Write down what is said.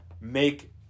make